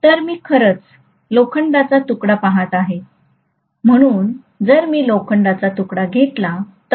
तर मी खरंच लोखंडाचा तुकडा पहात आहे म्हणून जर मी लोखंडाचा तुकडा घेतला तर